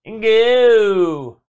go